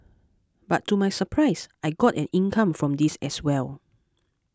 but to my surprise I got an income from this as well